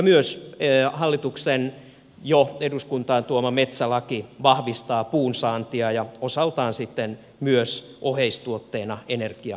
myös hallituksen jo eduskuntaan tuoma metsälaki vahvistaa puunsaantia ja osaltaan sitten myös oheistuotteena energiapuun saantia